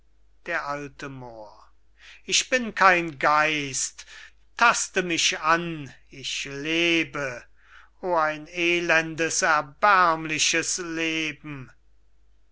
d a moor ich bin kein geist taste mich an ich lebe o ein elendes erbärmliches leben